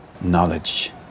Knowledge